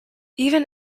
even